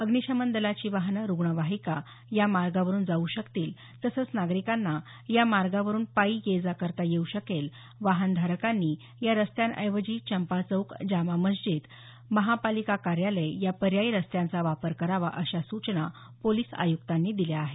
अप्निशमन दलाची वाहनं रुग्णवाहिका या मार्गावरुन जाऊ शकतील तसंच नागरिकांना या मार्गांवरुन पायी ये जा करता येऊ शकेल वाहनधारकांनी या रस्त्यांऐवजी चंपाचौक जामा मशीद महापालिका कार्यालय या पर्यायी रस्त्यांचा वापर करावा अशा सूचना पोलिस आयुक्तांनी दिल्या आहेत